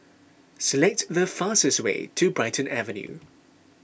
select the fastest way to Brighton Avenue